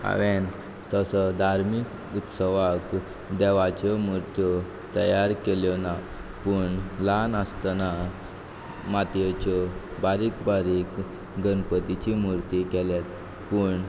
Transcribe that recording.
हांवेन तसो धार्मीक उत्सवाक देवाच्यो मुर्त्यो तयार केल्यो ना पूण ल्हान आसतना मातयेच्यो बारीक बारीक गणपतीची मुर्ती केल्यात पूण